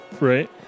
Right